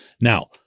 Now